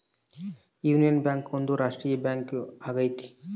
union Bank ಒಂದು ರಾಷ್ಟ್ರೀಯ bank ಆಗೈತಿ